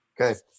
Okay